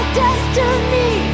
destiny